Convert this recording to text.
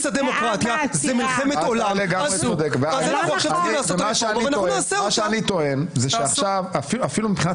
אנחנו מכבדים אותו ואנחנו מכבדים גם את